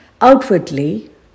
Outwardly